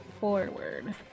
forward